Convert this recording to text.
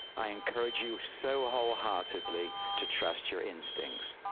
i encourage you so wholeheartedly to trust your instincts.